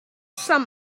some